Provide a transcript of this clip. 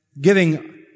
giving